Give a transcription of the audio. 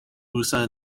user